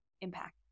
impact